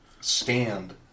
stand